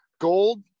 Gold